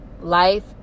Life